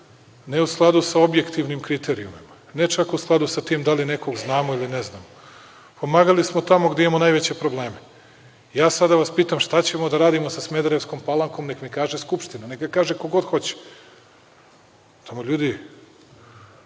ne u skladu sa objektivnim kriterijumima, ne čak u skladu sa tim da li nekog znamo ili ne znamo, pomagali smo tamo gde imamo najveće probleme. Sada da vas pitam šta ćemo da radimo sa Smederevskom palankom, neka kaže Skupština, neka kaže ko god hoće? Sva javna